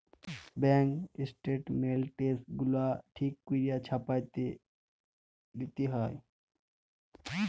bank statements গুলা ঠিক ক্যইরে ছাপাঁয় লিতে হ্যয়